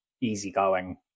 easygoing